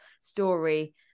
story